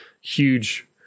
huge